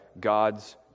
God's